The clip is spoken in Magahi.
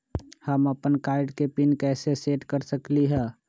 हम अपन कार्ड के पिन कैसे सेट कर सकली ह?